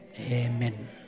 Amen